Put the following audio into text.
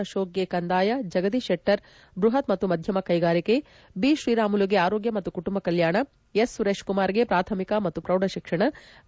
ಅಶೋಕ್ಗೆ ಕಂದಾಯ ಜಗದೀಶ್ ಶೆಟ್ಟರ್ ಬ್ಬಪತ್ ಮತ್ತು ಮಧ್ಯಮ ಕೈಗಾರಿಕೆ ಬಿ ಶ್ರೀರಾಮುಲುಗೆ ಆರೋಗ್ಣ ಮತ್ತು ಕುಟುಂಬ ಕಲ್ಚಾಣ ಎಸ್ ಸುರೇಶ್ ಕುಮಾರಿಗೆ ಪ್ರಾಥಮಿಕ ಮತ್ತು ಪ್ರೌಢ ಶಿಕ್ಷಣ ವಿ